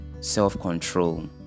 self-control